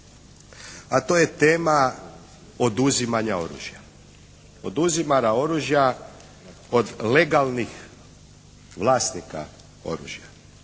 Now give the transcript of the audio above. a to je tema oduzimanja oružja. Oduzimanja oružja od legalnih vlasnika oružja.